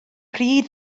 pryd